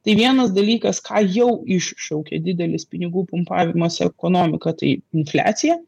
tai vienas dalykas ką jau iššaukė didelis pinigų pumpavimas ekonomika tai infliacija